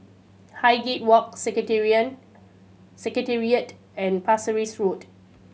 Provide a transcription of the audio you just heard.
Highgate Walk Secretariat and Pasir Ris Road